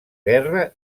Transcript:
guerra